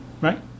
right